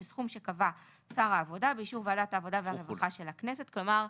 בסכום שקבע שר העבודה באישור ועדת העבודה והרווחה של הכנסת." כלומר,